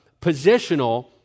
Positional